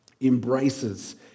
embraces